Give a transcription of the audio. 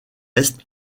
est